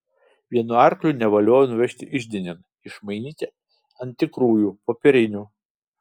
vienu arkliu nevaliojo nuvežti iždinėn išmainyti ant tikrųjų popierinių